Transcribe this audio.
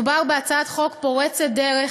מדובר בהצעת חוק פורצת דרך,